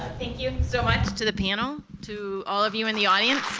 thank you so much to the panel, to all of you in the audience,